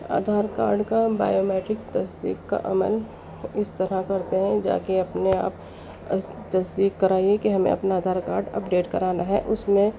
Aadhaar card کا biometric تصدیق کا عمل اس طرح کرتے ہیں جا کے اپنے آپ تصدیق کرائیے کہ ہمیں اپنا آدھار کارڈ اپڈیٹ کرانا ہے اس میں